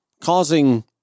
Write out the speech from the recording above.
causing